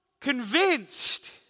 convinced